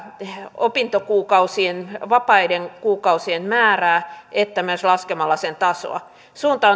opintokuukausien vapaiden kuukausien määrää että myös laskemalla tuen tasoa suunta